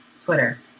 twitter